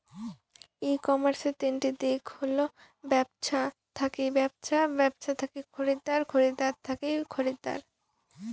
ই কমার্সের তিনটি দিক হল ব্যবছা থাকি ব্যবছা, ব্যবছা থাকি খরিদ্দার, খরিদ্দার থাকি খরিদ্দার